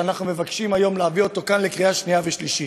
שאנחנו מבקשים היום להביא לקריאה שנייה ושלישית: